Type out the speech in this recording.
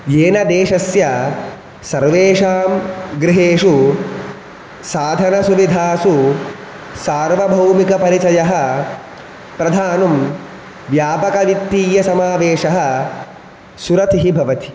येन देशस्य सर्वेषां गृहेषु साधनसुविधासु सार्वभौमिकपरिचयः प्रधानं व्यापकवित्तियसमावेषः सुरथिः भवति